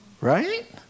Right